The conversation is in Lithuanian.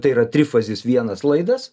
tai yra trifazis vienas laidas